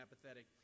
apathetic